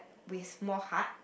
with more heart